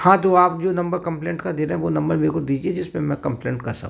हाँ तो आप जो नंबर कंप्लेंट का दे रहे हैं वो नंबर मेरे को दीजिए जिस पर मैं कंप्लेंट कर सकूं